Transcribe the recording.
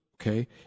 okay